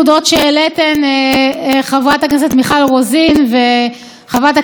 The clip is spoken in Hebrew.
חברת הכנסת מיכל רוזין וחברת הכנסת שלי יחימוביץ.